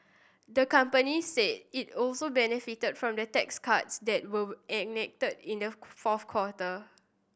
the company said it also benefited from the tax cuts that were enacted in the fourth quarter